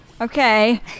Okay